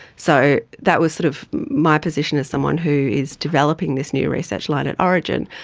so that was sort of my position as someone who is developing this new research line at orygen,